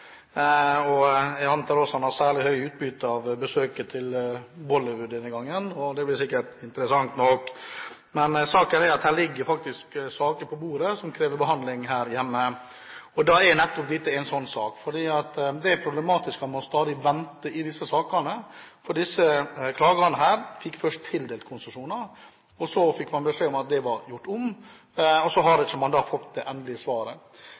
Jeg antar også at han har særlig stort utbytte av besøket i Bollywood denne gangen. Det er sikkert interessant nok, men saken er at det faktisk ligger saker på bordet her hjemme som krever behandling. Dette er nettopp en slik sak, fordi det er problematisk når man stadig må vente i disse sakene. Disse klagerne fikk først tildelt konsesjoner, og så fikk man beskjed om at det var gjort om, og så har man ikke fått det endelige svaret.